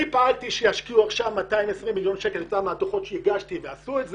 פעלתי שישקיעו עכשיב220 מיליון שקל כתוצאה מהדוחות שהגשתי ועשו את זה.